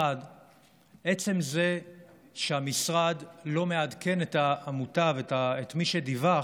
1. עצם זה שהמשרד לא מעדכן את העמותה ואת מי שדיווח,